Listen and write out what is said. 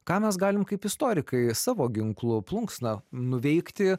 ką mes galim kaip istorikai savo ginklu plunksna nuveikti